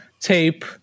tape